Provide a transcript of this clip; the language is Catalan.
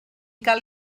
cal